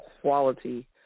quality